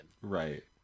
Right